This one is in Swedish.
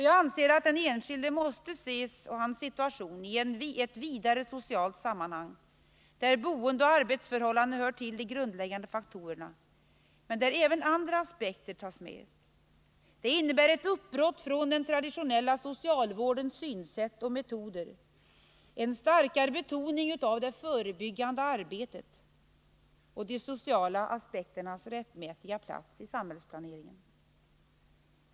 Jag anser att den enskilde och hans situation måste ses i ett vidare socialt sammanhang, där boendeoch arbetsförhållanden hör till de grundläggande faktorerna, men där även andra aspekter tas med. Det innebär ett uppbrott från den traditionella socialvårdens synsätt och metoder, en starkare betoning av det förebyggande arbetet och de sociala aspekternas rättmätiga plats i samhällsplaneringen.